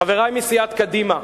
חברי מסיעת קדימה,